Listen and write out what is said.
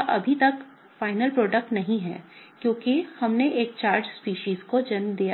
अभी तक अंतिम उत्पाद नहीं है क्योंकि हमने एक चार्ज स्पीशीज को जन्म दिया है